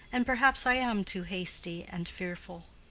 and perhaps i am too hasty and fearful.